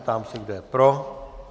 Ptám se, kdo je pro.